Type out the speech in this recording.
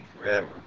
forever